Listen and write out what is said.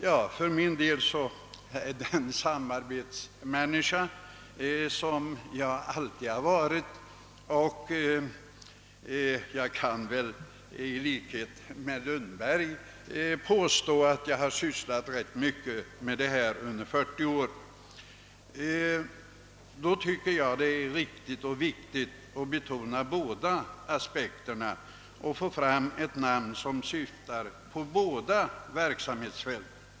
Jag har alltid varit en samarbetsmänniska — jag kan väl i likhet med herr Lundberg påstå att jag har sysslat rätt mycket med detta område under 40 år — och därför vill jag betona båda aspekterna; jag tycker att det är riktigt och viktigt att få fram ett namn som syftar på båda verksamhetsfälten.